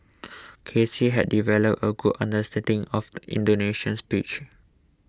K C had developed a good understanding of the Indonesian psyche